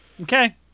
okay